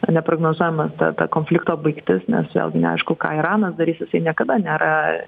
neprognozuojama ta ta konflikto baigtis nes vėlgi neaišku ką iranas darys jisai niekada nėra